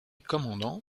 commandant